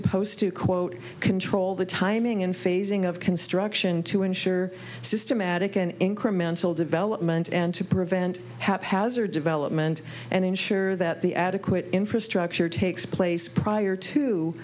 supposed to quote control the timing and phasing of construction to ensure systematic and incremental development and to prevent haphazard development and ensure that the adequate infrastructure takes place prior to